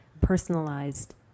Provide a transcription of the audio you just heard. personalized